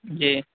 جی